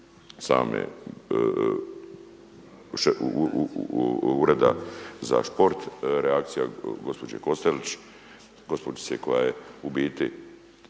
same Ureda za šport, reakcija gospođe Kostelić, gospođice koja je u biti